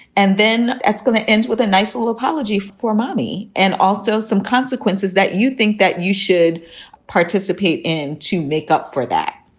and then it's going to end with a nice little apology for for mommy and also some consequences that you think that you should participate in to make up for that.